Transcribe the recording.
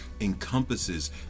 encompasses